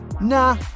nah